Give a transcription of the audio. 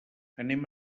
anem